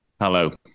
Hello